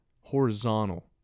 horizontal